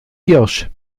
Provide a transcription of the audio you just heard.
giersch